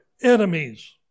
enemies